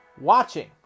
watching